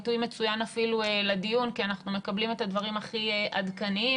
עיתוי מצוין לדיון כי אנחנו מקבלים את הדברים הכי עדכניים,